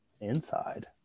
Inside